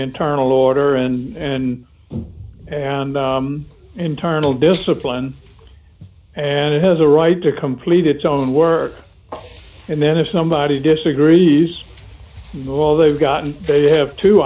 internal order and and internal discipline and it has a right to complete its own work and then if somebody disagrees with all they've got and they have two